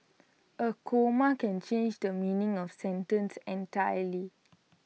A comma can change the meaning of sentence entirely